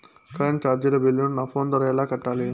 Current చార్జీల బిల్లును, నా ఫోను ద్వారా ఎలా కట్టాలి?